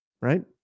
right